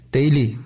Daily